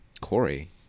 Corey